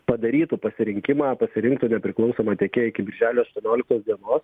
padarytų pasirinkimą pasirinktų nepriklausomą tiekėją iki birželio aštuonioliktos dienos